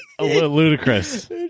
ludicrous